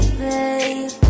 babe